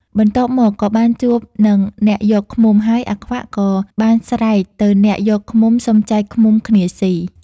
បន្ទាប់មកក៏បានជួបនឹងអ្នកយកឃ្មុំ ហើយអាខ្វាក់ក៏បានស្រែកទៅអ្នកយកឃ្មុំសុំចែកឃ្មុំគ្នាស៊ី។